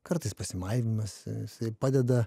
kartais pasimaivymas jisai padeda